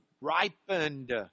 ripened